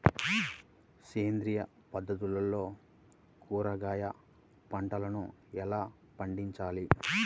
సేంద్రియ పద్ధతుల్లో కూరగాయ పంటలను ఎలా పండించాలి?